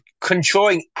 controlling